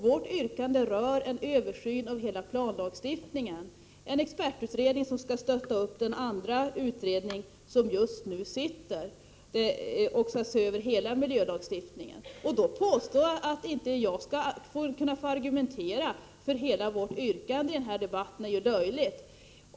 Vårt yrkande rör en översyn av hela planlagstiftningen, en expertutredning som skall stötta den andra utredning som skall se över hela miljölagstiftningen. Att påstå att jag inte skulle få argumentera för hela vårt yrkande i denna debatt är ju löjligt.